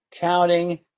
counting